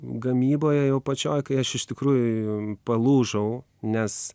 gamyboje jau pačioj kai aš iš tikrųjų palūžau nes